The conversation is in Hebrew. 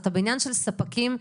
אתה בעניין של ספקים,